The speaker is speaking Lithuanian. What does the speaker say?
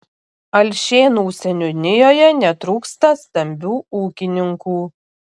alšėnų seniūnijoje netrūksta stambių ūkininkų